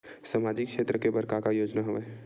सामाजिक क्षेत्र के बर का का योजना हवय?